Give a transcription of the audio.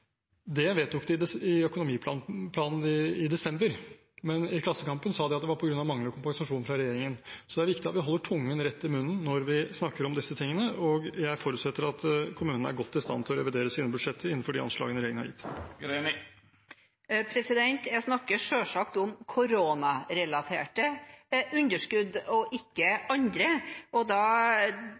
Det vedtok de i økonomiplanen i desember, men i Klassekampen sa de at det var på grunn av manglende kompensasjon fra regjeringen. Så det er viktig at vi holder tungen rett i munnen når vi snakker om disse tingene, og jeg forutsetter at kommunene er godt i stand til å revidere sine budsjett innenfor de anslagene regjeringen har gitt. Jeg snakker selvsagt om koronarelaterte underskudd og ikke andre. Også det må kommunene håndtere nå i juni-møtet. Til et annet spørsmål: Da